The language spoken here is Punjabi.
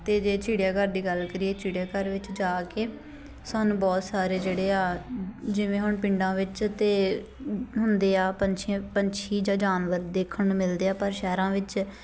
ਅਤੇ ਜੇ ਚਿੜੀਆਘਰ ਦੀ ਗੱਲ ਕਰੀਏ ਚਿੜੀਆਘਰ ਵਿੱਚ ਜਾ ਕੇ ਸਾਨੂੰ ਬਹੁਤ ਸਾਰੇ ਜਿਹੜੇ ਆ ਜਿਵੇਂ ਹੁਣ ਪਿੰਡਾਂ ਵਿੱਚ ਤਾਂ ਹੁੰਦੇ ਆ ਪੰਛੀਆਂ ਪੰਛੀ ਜਾਂ ਜਾਨਵਰ ਦੇਖਣ ਨੂੰ ਮਿਲਦੇ ਆ ਪਰ ਸ਼ਹਿਰਾਂ ਵਿੱਚ